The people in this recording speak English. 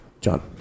John